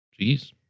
Jeez